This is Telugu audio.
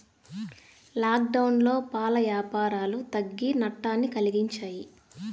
లాక్డౌన్లో పాల యాపారాలు తగ్గి నట్టాన్ని కలిగించాయి